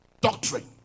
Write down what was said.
doctrine